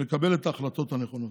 ולקבל את ההחלטות הנכונות.